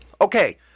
Okay